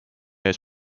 ees